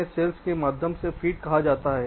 इन्हें सेल्स के माध्यम से फीड कहा जाता है